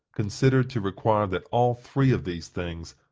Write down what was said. considered to require that all three of these things,